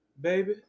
baby